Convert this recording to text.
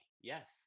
yes